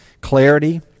clarity